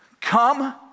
Come